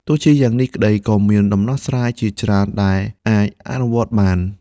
ទោះជាយ៉ាងនេះក្តី ក៏មានដំណោះស្រាយជាច្រើនដែលអាចអនុវត្តបាន។